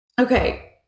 okay